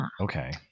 Okay